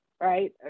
right